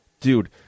Dude